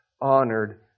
honored